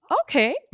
okay